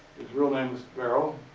real name's barrow.